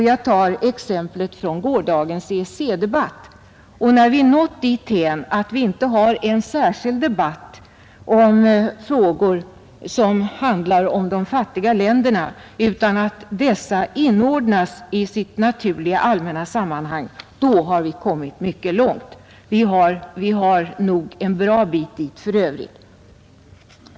Jag tar exemplet från gårdagens EEC-debatt. När vi nått dithän att vi inte har en särskild debatt om frågor som rör de fattiga länderna utan dessa inordnas i sitt naturliga allmänna sammanhang, då har vi kommit mycket långt. Vi har nog för övrigt en bra bit dit.